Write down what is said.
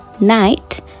night